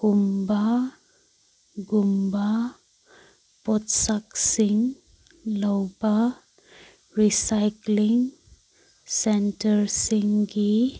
ꯒꯨꯝꯕ ꯒꯨꯝꯕ ꯄꯣꯠꯁꯛꯁꯤꯡ ꯂꯧꯕ ꯔꯤꯁꯥꯏꯀ꯭ꯂꯤꯡ ꯁꯦꯟꯇꯔꯁꯤꯡꯒꯤ